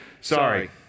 Sorry